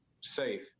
safe